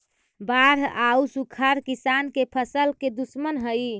बाढ़ आउ सुखाड़ किसान के फसल के दुश्मन हइ